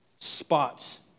Spots